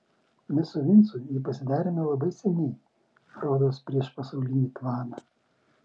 mes su vincu jį pasidarėme labai seniai rodos prieš pasaulinį tvaną